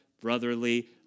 Brotherly